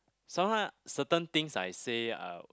sometimes certain things I say are